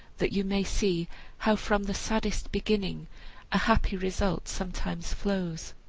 that you may see how from the saddest beginning a happy result sometimes flows.